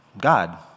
God